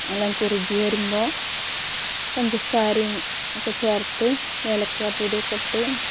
നല്ലോണം കുറുകി വരുമ്പോൾ പഞ്ചസാരയും ഒക്കെ ചേർത്ത് ഏലയ്ക്ക പൊടി ഒക്കെ ഇട്ട്